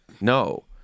no